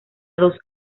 dos